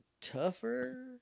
tougher